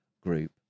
group